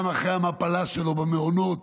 גם אחרי המפלה שלו במעונות